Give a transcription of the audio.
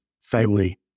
family